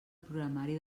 programari